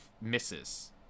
misses